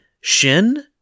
Shin